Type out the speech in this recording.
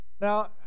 Now